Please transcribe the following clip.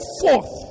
forth